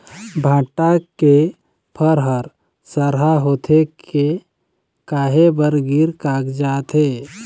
भांटा के फर हर सरहा होथे के काहे बर गिर कागजात हे?